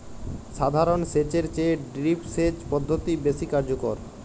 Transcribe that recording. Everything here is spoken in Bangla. সাধারণ সেচ এর চেয়ে ড্রিপ সেচ পদ্ধতি বেশি কার্যকর